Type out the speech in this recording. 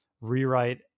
rewrite